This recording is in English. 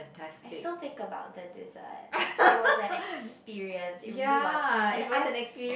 I still think about the dessert it was an experience it really was and I